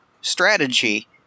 strategy